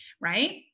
Right